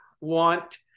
want